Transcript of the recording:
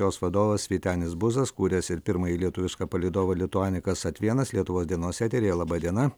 jos vadovas vytenis buzas kūręs ir pirmąjį lietuvišką palydovą lituanika sat vienas vienas lietuvos dienos eteryje laba diena